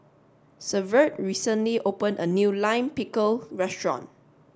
Severt recently opened a new Lime Pickle restaurant